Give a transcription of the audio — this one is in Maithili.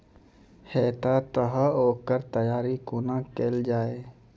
हेतै तअ ओकर तैयारी कुना केल जाय?